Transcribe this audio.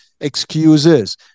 excuses